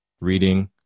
reading